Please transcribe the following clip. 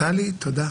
טלי, תודה.